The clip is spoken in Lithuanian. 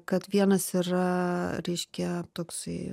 kad vienas yra reiškia toksai